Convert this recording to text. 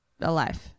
Alive